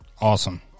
Awesome